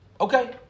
Okay